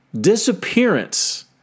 disappearance